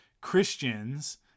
Christians